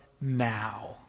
now